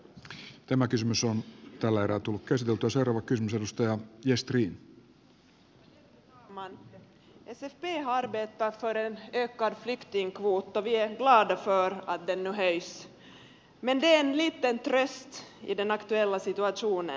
sfp har arbetat för en ökad flyktingkvot och vi är glada för att den nu höjs men det är en liten tröst i den aktuella situationen